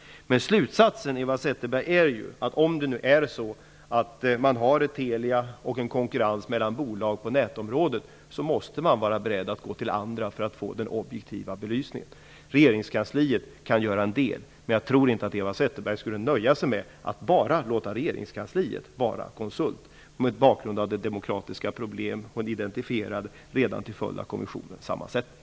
Slutsatsen är ju att om vi nu har ett Telia och en konkurrens mellan bolag på nätområdet måste vi vara beredda att gå till andra för att få den objektiva belysningen, Eva Zetterberg. Regeringskansliet kan göra en del, men jag tror inte att Eva Zetterberg skulle nöja sig med att bara låta regeringskansliet vara konsult mot bakgrund av de demokratiska problem hon identifierade redan till följd av kommissionens sammansättning.